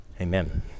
amen